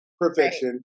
perfection